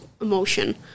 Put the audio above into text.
emotion